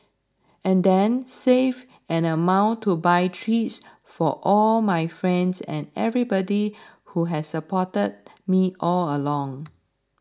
and then save an amount to buy treats for all my friends and everybody who has supported me all along